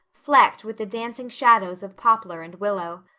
flecked with the dancing shadows of poplar and willow.